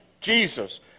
Jesus